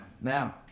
Now